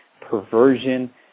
perversion